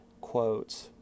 quotes